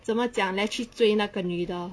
怎么讲 like 去追那个女的